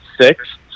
six